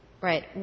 Right